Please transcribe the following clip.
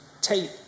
tape